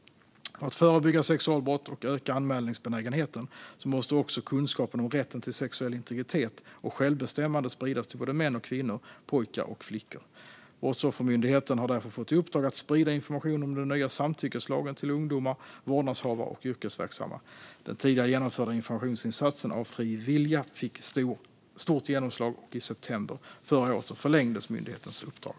För att förebygga sexualbrott och öka anmälningsbenägenheten måste också kunskapen om rätten till sexuell integritet och självbestämmande spridas till både män och kvinnor, pojkar och flickor. Brottsoffermyndigheten har därför fått i uppdrag att sprida information om den nya samtyckeslagen till ungdomar, vårdnadshavare och yrkesverksamma. Den tidigare genomförda informationsinsatsen Av fri vilja fick stort genomslag, och i september förra året förlängdes myndighetens uppdrag.